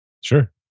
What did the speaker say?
Sure